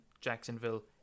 Jacksonville